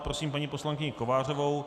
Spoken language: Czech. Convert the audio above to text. Prosím paní poslankyni Kovářovou.